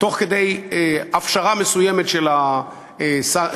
תוך כדי הפשרה מסוימת של הסנקציות,